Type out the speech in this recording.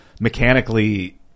Mechanically